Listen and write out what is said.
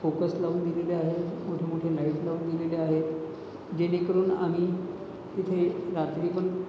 focus लावून दिलेले आहेत मोठेमोठे लाईट लावून दिलेले आहेत जेणेकरून आम्ही तिथे रात्रीपण